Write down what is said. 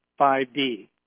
5D